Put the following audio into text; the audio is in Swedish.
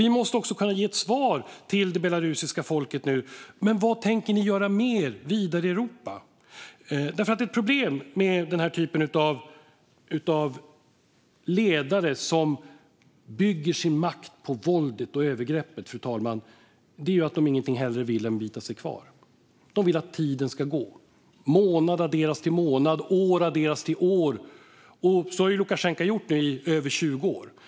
Vi måste nu kunna ge ett svar till det belarusiska folket på frågan: Vad tänker ni göra mer i Europa? Ett problem med den här typen av ledare som bygger sin makt på våldet och övergreppet är att de ingenting hellre vill än att bita sig kvar. De vill att tiden ska gå. Månad adderas till månad, och år adderas till år. Så har Lukasjenko gjort nu i över 20 år.